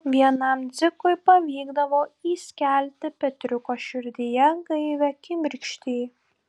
vienam dzikui pavykdavo įskelti petriuko širdyje gaivią kibirkštį